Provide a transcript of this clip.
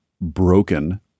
broken